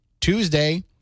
Tuesday